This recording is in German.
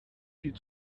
viel